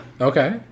Okay